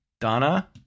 Donna